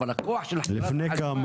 אבל הכוח של חברת החשמל --- לפני כמה?